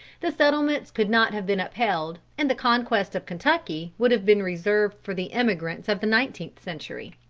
the settlements could not have been upheld and the conquest of kentucky would have been reserved for the emigrants of the nineteenth century.